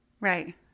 Right